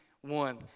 one